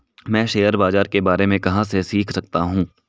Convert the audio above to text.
मैं शेयर बाज़ार के बारे में कहाँ से सीख सकता हूँ?